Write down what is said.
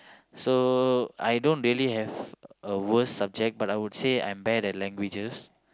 so I don't really have a worst subject but I would say I'm bad at languages